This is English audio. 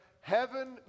heaven